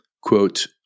Quote